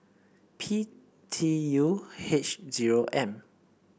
P T U H zero M